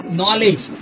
knowledge